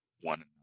one